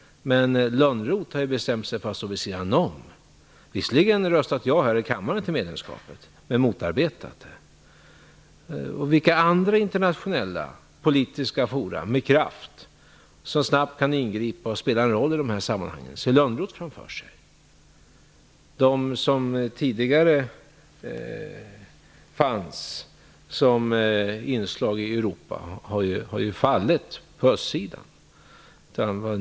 Men Johan Lönnroth har bestämt sig för att stå vid sidan om. Han har visserligen här i kammaren röstat ja till ett medlemskap, men motarbetat det. Vilka andra politiska fora med kraft som snabbt kan ingripa och spela en roll i de här sammanhangen ser Lönnroth framför sig? De som tidigare fanns som inslag i Europa har fallit på östsidan.